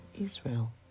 Israel